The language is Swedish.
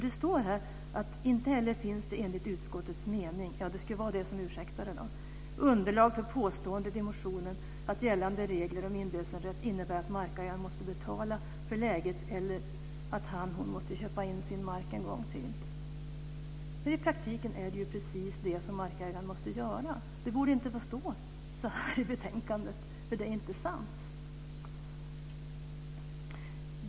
Det står nämligen: "Inte heller finns, enligt utskottets mening," - det skulle då vara det som ursäktade - "underlag för påståendet i motionen att gällande regler om inlösenrätt innebär att markägaren måste betala för läget eller att han eller hon måste köpa in sin mark en gång till." I praktiken är det ju precis det som markägaren måste göra. Det borde inte få stå så här i betänkandet, eftersom det inte är sant.